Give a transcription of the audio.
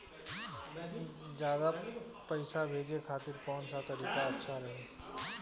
ज्यादा पईसा भेजे खातिर कौन सा तरीका अच्छा रही?